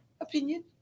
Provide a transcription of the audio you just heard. opinion